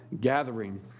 gathering